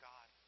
God